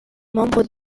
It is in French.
membre